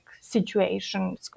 situation